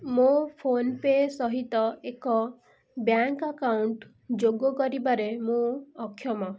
ମୋ ଫୋନ୍ପେ ସହିତ ଏକ ବ୍ୟାଙ୍କ୍ ଆକାଉଣ୍ଟ ଯୋଗ କରିବାରେ ମୁଁ ଅକ୍ଷମ